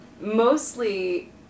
mostly